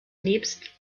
nebst